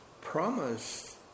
promise